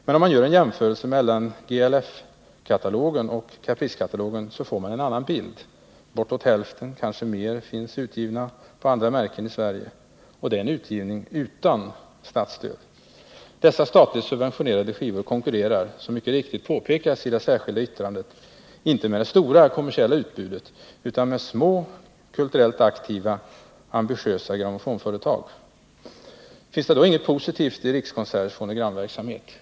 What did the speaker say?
Gör man en jämförelse mellan GLF-katalogen och Capriceka talogen får man en annan bild. Bortåt hälften, kanske mer, finns utgivna på andra märken i Sverige. Det är en utgivning utan statsstöd. Dessa statligt subventionerade skivor konkurrerar, som mycket riktigt påpekas i det särskilda yttrandet, inte med det stora kommersiella utbudet, utan med små, kulturellt aktiva, ambitiösa grammofonföretag. Finns det då inget positivt i Rikskonserters fonogramverksamhet?